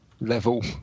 level